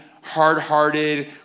hard-hearted